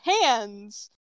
hands